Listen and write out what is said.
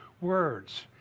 words